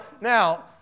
now